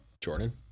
Jordan